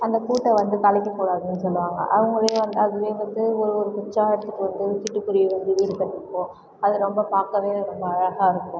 அந்தக் கூட்டை வந்து கலைக்க கூடாதுன்னு சொல்லுவாங்க அவங்க வீடு வந்து அதுவே வந்து ஒரு ஒரு குச்சி எடுத்துகிட்டு வந்து சிட்டுக் குருவி வந்து வீடுக் கட்டிகும் அது ரொம்ப பார்க்கவே ரொம்ப அழகாக இருக்கும்